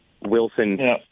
Wilson